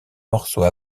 morceaux